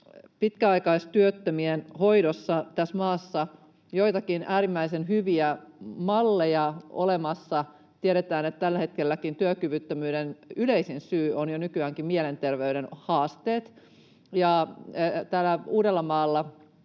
pitkäaikaistyöttömien hoidosta tässä maassa joitakin äärimmäisen hyviä malleja olemassa. Tiedetään, että tällä hetkelläkin työkyvyttömyyden yleisin syy, jo nykyäänkin, on mielenterveyden haasteet, ja täällä Uudellamaalla